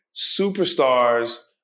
superstars